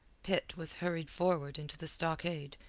pitt was hurried forward into the stockade,